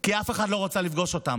כי אף אחד לא רצה לפגוש אותם.